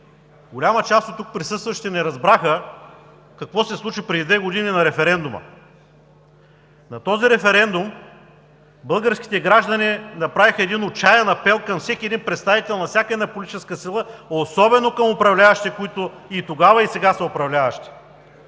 голяма част от тук присъстващите не разбраха какво се случи преди две години на референдума. На този референдум българските граждани направиха един отчаян апел към всеки един представител на всяка една политическа сила, особено към управляващите – които и тогава, и сега са управляващи,